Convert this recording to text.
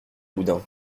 boudin